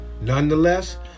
Nonetheless